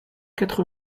quatre